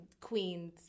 Queens